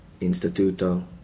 Instituto